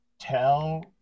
Tell